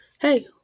hey